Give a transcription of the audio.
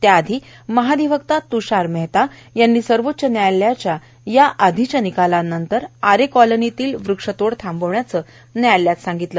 त्याआधी महाधिवक्ता त्षार मेहता यांनी सर्वोच्च न्यायालयाच्या याआधीच्या निकालानंतर आरे कॉलनीतली वृक्षतोड थांबवण्याचं न्यायालयात सांगितली